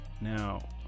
now